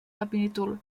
capítol